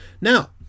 now